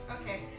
Okay